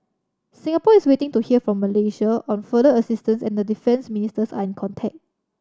Singapore is waiting to hear from Malaysia on further assistance and the defence ministers are in contact